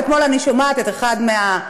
ואתמול אני שומעת את אחד מהמובילים,